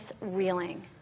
reeling